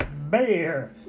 Bear